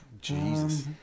Jesus